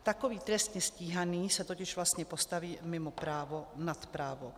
Takový trestně stíhaný se totiž vlastně postaví mimo právo, nad právo.